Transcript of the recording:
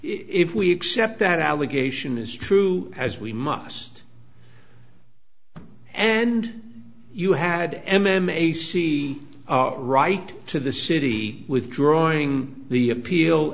if we accept that allegation is true as we must and you had m m a see right to the city withdrawing the appeal